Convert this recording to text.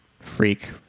freak